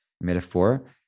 metaphor